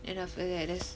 and after that there's